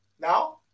Now